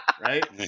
right